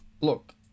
Look